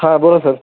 हा बोला सर